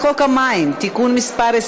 62